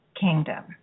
kingdom